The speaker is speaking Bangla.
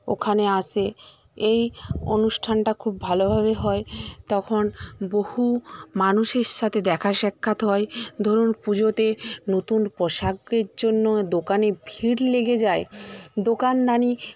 ওখানে আসে এই অনুষ্ঠানটা খুব ভালোভাবে হয় তখন বহু মানুষের সাথে দেখা সাক্ষাৎ হয় ধরুন পুজোতে নতুন পোশাকের জন্য দোকানে ভিড় লেগে যায় দোকানদানি